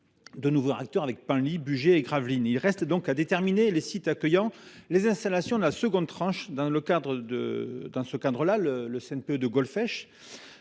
de nouveaux réacteurs : Penly, Le Bugey et Gravelines. Il reste donc à déterminer les sites accueillant les installations de la deuxième tranche. Dans ce cadre, le CNPE de Golfech,